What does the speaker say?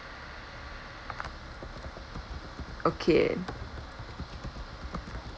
okay